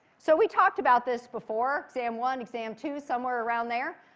so we talked about this before. exam one, exam two, somewhere around there.